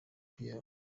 pierre